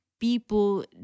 people